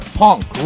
punk